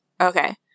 Okay